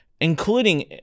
including